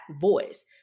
voice